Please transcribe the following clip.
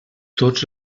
tots